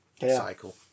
cycle